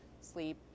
sleep